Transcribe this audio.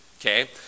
Okay